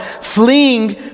fleeing